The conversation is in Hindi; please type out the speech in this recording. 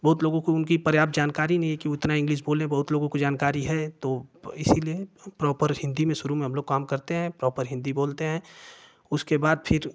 बहुत लोगों को उनकी पर्याप्त जानकारी नही है कि उतना इंग्लिस बोले बहुत लोगों को जानकारी है तो इसलिये प्रोपर हिन्दी मे शुरू में हम लोग काम करते हैं प्रोपर हिन्दी बोलते हैं उसके बाद फिर